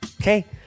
okay